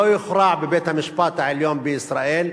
לא יוכרע בבית-המשפט העליון בישראל,